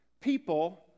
People